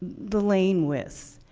the lane widths,